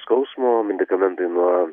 skausmo medikamentai nuo